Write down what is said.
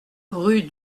rue